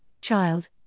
child